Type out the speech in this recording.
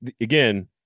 again